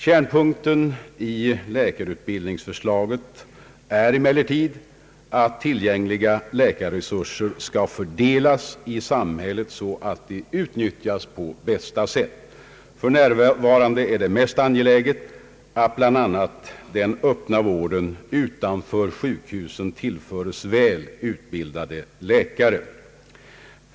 Kärnpunkten i läkarutbildningsförslaget är emellertid att tillgängliga läkarresurser skall fördelas i samhället så att de utnyttjas på bästa sätt. För närvarande är det mest angeläget att bland annat den öppna vården utanför sjukhusen tillförs väl utbildade läkare.